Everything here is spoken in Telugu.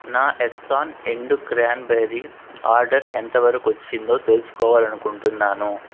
నా ఎర్తాన్ ఎండు క్రాన్బెర్రీ ఆర్డర్ ఎంతవరకొచ్చిందో తెలుసుకోవాలనుకుంటున్నాను